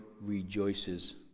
rejoices